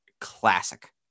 Classic